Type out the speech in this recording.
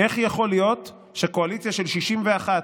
איך יכול להיות שקואליציה של 61,